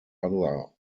other